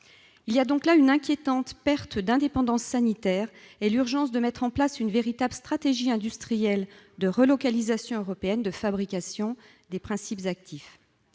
Il y a donc là une inquiétante perte d'indépendance sanitaire et l'urgence de mettre en place une véritable stratégie industrielle de relocalisation européenne de fabrication des principes actifs.